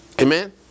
Amen